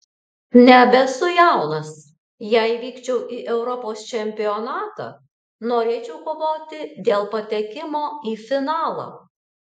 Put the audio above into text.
nebesu jaunas jei vykčiau į europos čempionatą norėčiau kovoti dėl patekimo į finalą